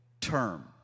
term